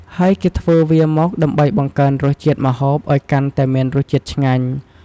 ហើយគេធ្វើវាមកដើម្បីង្កើនរសជាតិម្ហូបឲ្យកាន់តែមានរស់ជាតិឆ្ងាញ់។